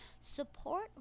support